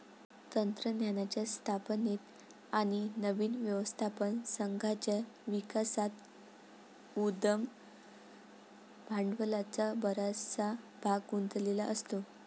तंत्रज्ञानाच्या स्थापनेत आणि नवीन व्यवस्थापन संघाच्या विकासात उद्यम भांडवलाचा बराचसा भाग गुंतलेला असतो